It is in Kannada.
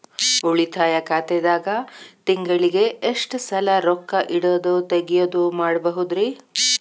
ಉಳಿತಾಯ ಖಾತೆದಾಗ ತಿಂಗಳಿಗೆ ಎಷ್ಟ ಸಲ ರೊಕ್ಕ ಇಡೋದು, ತಗ್ಯೊದು ಮಾಡಬಹುದ್ರಿ?